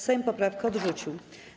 Sejm poprawkę odrzucił.